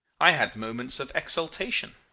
i had moments of exultation.